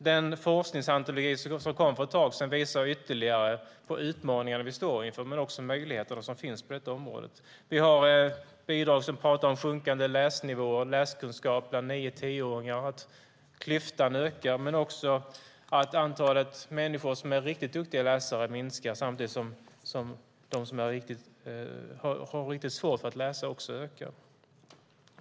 Den forskningsantologi som kom för ett tag sedan visar på ytterligare utmaningar som vi står inför men också på de möjligheter som finns på området. Vi har bidrag som pratar om sjunkande läsnivåer och läskunskap bland nio och tioåringar och om att klyftan ökar men också om att antalet människor som är riktigt duktiga läsare minskar samtidigt som de som har riktigt svårt för att läsa blir fler.